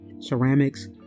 ceramics